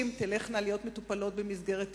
כי אחרת אפשר היה להגיד שנשים תטופלנה במסגרת אחרת,